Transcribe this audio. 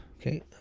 Okay